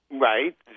Right